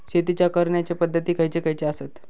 शेतीच्या करण्याचे पध्दती खैचे खैचे आसत?